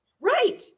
Right